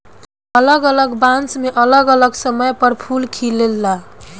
अलग अलग बांस मे अलग अलग समय पर फूल खिलेला